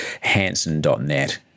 Hanson.net